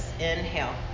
Inhale